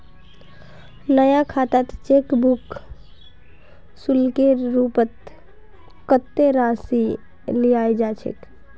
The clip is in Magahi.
नया खातात चेक बुक शुल्केर रूपत कत्ते राशि लियाल जा छेक